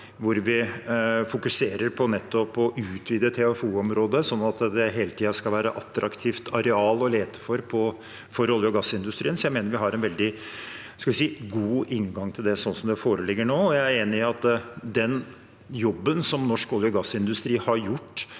hvor vi fokuserer på nettopp å utvide TFO-området sånn at det hele tiden skal være attraktivt areal å lete i for olje- og gassindustrien. Jeg mener vi har en veldig, skal vi si, god inngang til det sånn som det foreligger nå, og jeg er enig i at den jobben som norsk olje- og gassindustri har gjort